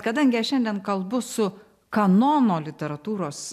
kadangi aš šiandien kalbu su kanono literatūros